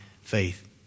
faith